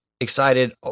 excited